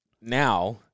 now